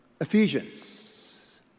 Ephesians